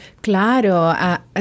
Claro